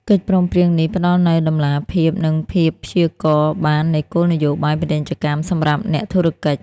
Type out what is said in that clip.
កិច្ចព្រមព្រៀងនេះផ្ដល់នូវតម្លាភាព និងភាពព្យាករណ៍បាននៃគោលនយោបាយពាណិជ្ជកម្មសម្រាប់អ្នកធុរកិច្ច។